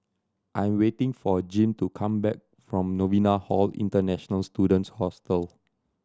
I am waiting for Jim to come back from Novena Hall International Students Hostel